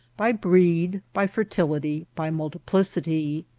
by breed, by fertility, by multiplicity.